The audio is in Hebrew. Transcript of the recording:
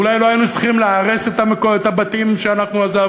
ואולי לא היינו צריכים להרוס את הבתים שעזבנו,